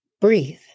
breathe